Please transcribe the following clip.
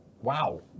wow